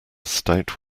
stout